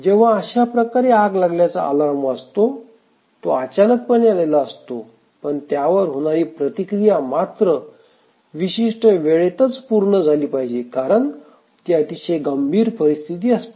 जेव्हा अशाप्रकारे आग लागल्याचा अलार्म वाजतो तो अचानक पणे आलेला असतो पण त्यावर होणारी प्रतिक्रिया मात्र विशिष्ट वेळेतच पूर्ण झाली पाहिजे कारण ती अतिशय गंभीर परिस्थिती असते